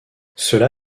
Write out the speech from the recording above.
cela